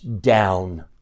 down